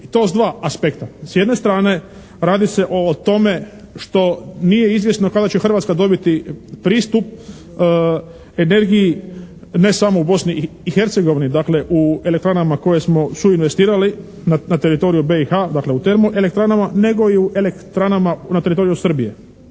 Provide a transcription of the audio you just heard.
to s dva aspekta. S jedne strane radi se o tome što nije izvjesno kada će Hrvatska dobiti pristup energiji ne samo u Bosni i Hercegovini dakle u elektranama koje smo suinvestirali na teritoriju BiH dakle u termoelektranama nego i u elektranama na teritoriju Srbije.